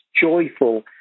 joyful